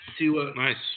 nice